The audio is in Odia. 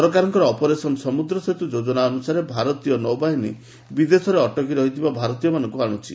ସରକାରଙ୍କର ଅପରେସନ୍ ସମୁଦ୍ର ସେତୁ ଯୋଜନା ଅନୁସାରେ ଭାରତୀୟ ନୌବାହିନୀ ବିଦେଶରେ ଅଟକ ରହିଥିବା ଭାରତୀୟମାନଙ୍କୁ ଆଣୁଛି